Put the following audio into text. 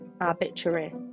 arbitrary